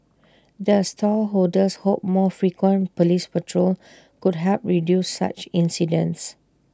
the stall holders hope more frequent Police patrol could help reduce such incidents